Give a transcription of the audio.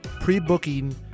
pre-booking